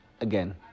Again